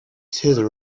theatre